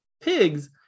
pigs